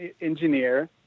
engineer